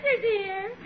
dear